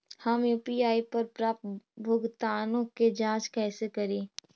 हम यु.पी.आई पर प्राप्त भुगतानों के जांच कैसे करी?